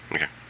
Okay